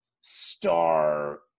Star